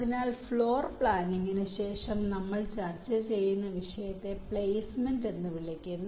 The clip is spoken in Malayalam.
അതിനാൽ ഫ്ലോർ പ്ലാനിംഗിന് ശേഷം നമ്മൾ ചർച്ച ചെയ്യുന്ന വിഷയത്തെ പ്ലേസ്മെന്റ് എന്ന് വിളിക്കുന്നു